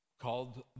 called